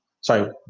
sorry